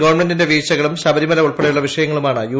ഗവൺമെന്റിന്റെ വീഴ്ചകളും ശബരിമല ഉൾപ്പെടെയുള്ള വിഷയങ്ങളു മാണ് യു